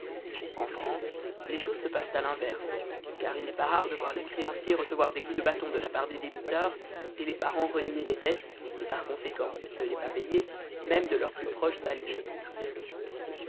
en france les choses se passent à l'inverse car il n'est pas rare de voir les créanciers recevoir des coups de bâton de la part des débiteurs et les parens renier les dettes et par conséquent ne les pas payer même de leurs plus proches alliés